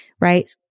Right